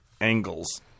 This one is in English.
angles